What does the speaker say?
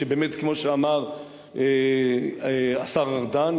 שבאמת כמו שאמר השר ארדן,